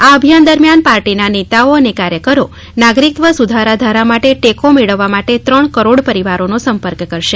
આ અભિયાન દરમિયાન પાર્ટીના નેતાઓ અને કાર્યકરો નાગરિકત્ત્વ સુધારા ધારા માટે ટેકો મેળવવા માટે ત્રણ કરોડ પરિવારોનો સંપર્ક કરશે